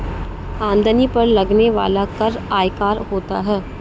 आमदनी पर लगने वाला कर आयकर होता है